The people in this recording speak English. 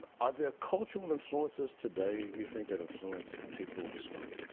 are there cultural influences today, you think, that influence people to smoke?